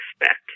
expect